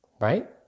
Right